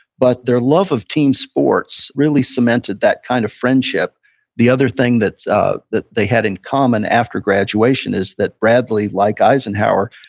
but their love of team sports really cemented that kind of friendship the other thing ah that they had in common after graduation is that bradley, like eisenhower,